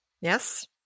Yes